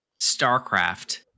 StarCraft